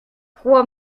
quoi